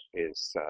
is